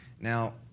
Now